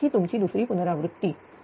ही तुमची दुसरी पुनरावृत्ती बरोबर